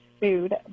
food